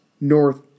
north